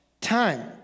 time